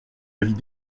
avis